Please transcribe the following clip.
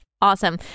Awesome